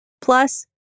Plus